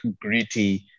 gritty